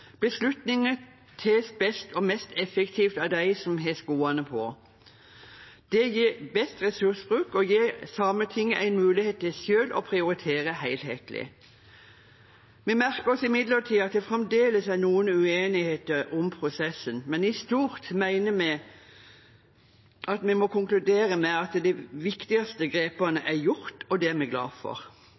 Beslutninger tas best og mest effektivt av dem som har skoene på. Det gir best ressursbruk og gir Sametinget en mulighet til selv å prioritere helhetlig. Vi merker oss imidlertid at det fremdeles er noen uenigheter om prosessen, men i stort mener vi at vi må konkludere med at de viktigste grepene er gjort, og det er vi glad for.